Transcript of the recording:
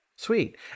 Sweet